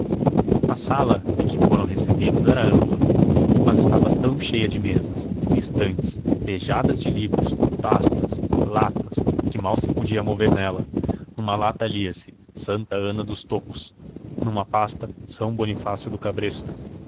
a sala em que foram recebidos era ampla mas estava tão cheia de mesas estantes pejadas de livros pastas latas que mal se podia mover nela numa lata lia-se santa ana dos tocos numa pasta são bonifácio do cabresto